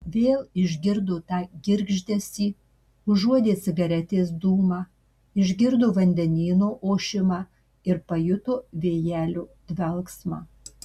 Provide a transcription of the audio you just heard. vėl išgirdo tą girgždesį užuodė cigaretės dūmą išgirdo vandenyno ošimą ir pajuto vėjelio dvelksmą